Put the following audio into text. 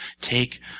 take